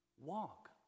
Walk